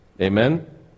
Amen